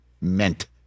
meant